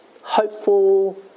hopeful